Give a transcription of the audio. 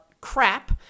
crap